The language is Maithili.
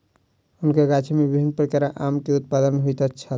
हुनकर गाछी में विभिन्न प्रकारक आम के उत्पादन होइत छल